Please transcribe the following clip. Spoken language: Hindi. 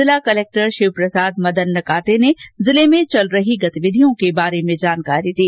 जिला कलेक्टर शिवप्रसाद मदन नकाते ने जिले में चल रही गतिविधियों के बारे में जानकारी दी